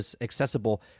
accessible